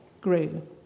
grew